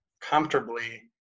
comfortably